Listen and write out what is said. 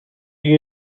you